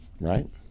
Right